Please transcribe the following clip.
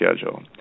schedule